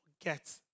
forget